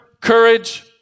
courage